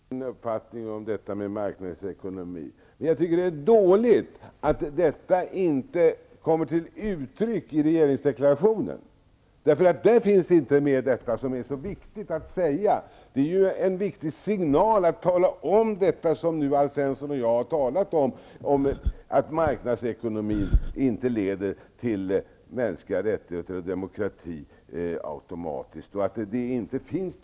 Herr talman! Det är bra att Alf Svensson säger att han delar min uppfattning om marknadsekonomi. Men jag tycker det är dåligt att detta inte kommer till uttryck i regeringsdeklarationen. Där sägs ingenting om det här som är så viktigt. Det som Alf Svensson och jag nu har talat om när det gäller att marknadsekonomi inte automatiskt leder till iakttagande av mänskliga rättigheter och demokrati är en viktig signal.